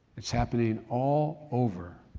it's happening all over.